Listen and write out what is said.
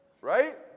Right